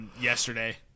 yesterday